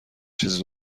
چیز